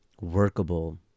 workable